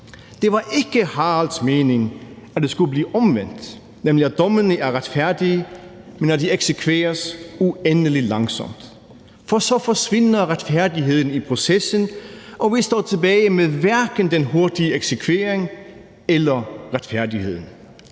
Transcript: Det var ikke Haralds mening, at det skulle blive omvendt, nemlig at dommene er retfærdige, men at de eksekveres uendelig langsomt, for så forsvinder retfærdigheden i processen, og vi står tilbage med hverken den hurtige eksekvering eller retfærdigheden.